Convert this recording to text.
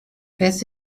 beth